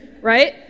right